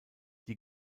die